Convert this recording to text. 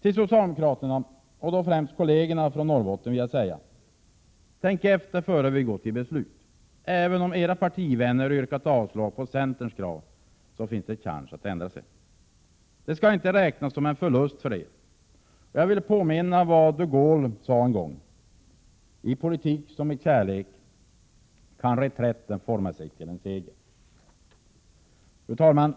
Till socialdemokraterna och främst kollegerna från Norrbotten vill jag säga: Tänk efter innan vi går till beslut. Även om era partivänner har yrkat avslag på centerns förslag finns det chans att ändra sig. Det skall inte räknas som en förlust för er. Jag vill påminna om vad de Gaulle sade en gång: I politik som i kärlek kan reträtten forma sig till en seger. Fru talman!